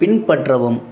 பின்பற்றவும்